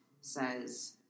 says